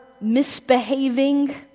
misbehaving